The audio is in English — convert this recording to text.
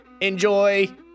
Enjoy